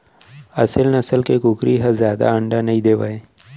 असेल नसल के कुकरी ह जादा अंडा नइ देवय